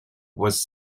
was